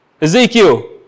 Ezekiel